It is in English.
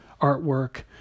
artwork